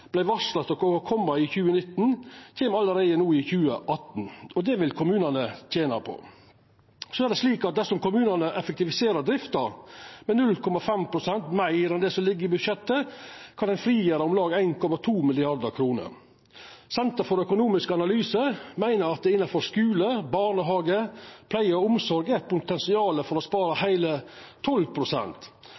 varsla å koma i 2019, kjem allereie no i 2018. Det vil kommunane tena på. Så er det slik at dersom kommunane effektiviserer drifta med 0,5 pst. meir enn det som ligg i budsjettet, kan ein frigjera om lag 1,2 mrd. kr. Senter for økonomisk forsking meiner at det innanfor skule, barnehage, pleie og omsorg er eit potensial for å spara heile